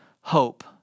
hope